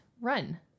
run